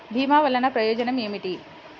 భీమ వల్లన ప్రయోజనం ఏమిటి?